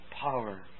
power